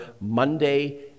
Monday